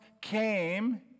came